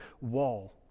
wall